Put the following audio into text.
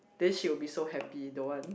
then she'll be so happy don't want